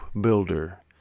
builder